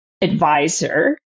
advisor